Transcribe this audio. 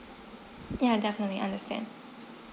yeah definitely understand